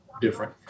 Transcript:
different